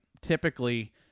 typically